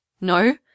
No